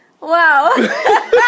wow